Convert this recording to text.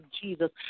Jesus